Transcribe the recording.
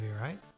right